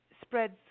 spreads